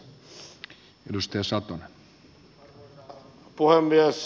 arvoisa puhemies